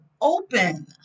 open